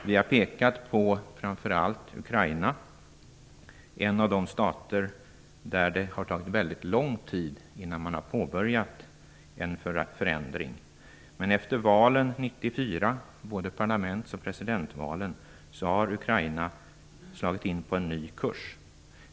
Vi har pekat framför allt på Ukraina, en av de stater där det tagit väldigt lång tid innan man har påbörjat en förändring. Men efter parlaments och presidentvalen 1994 har Ukraina slagit in på en ny kurs.